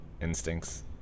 Instincts